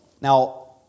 Now